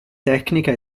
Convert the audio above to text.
tecnica